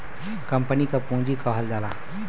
company क पुँजी कहल जाला